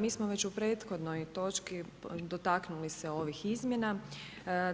Mi smo u već u prethodnoj točki dotaknuli se ovih izmjena,